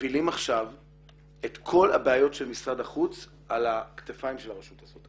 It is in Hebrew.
מפילים עכשיו את כל הבעיות של משרד החוץ על הכתפיים של הרשות הזאת.